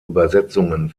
übersetzungen